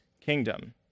kingdom